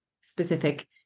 specific